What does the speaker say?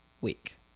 week